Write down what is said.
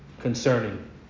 concerning